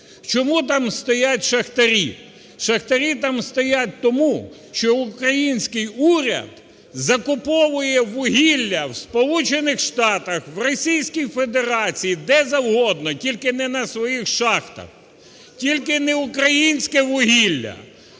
Чому там стоять шахтарі? Шахтарі там стоять тому, що український уряд закуповує вугілля в Сполучених Штатах, в Російській Федерації, де завгодно, тільки не на своїх шахтах, тільки не українське вугілля.